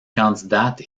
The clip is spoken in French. candidate